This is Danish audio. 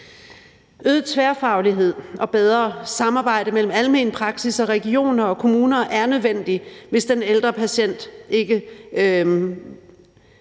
Øget tværfaglighed og bedre samarbejde mellem almen praksis, regioner og kommuner er nødvendigt. For hvis den ældre patient ikke